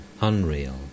unreal